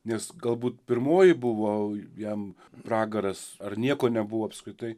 nes galbūt pirmoji buvo jam pragaras ar nieko nebuvo apskritai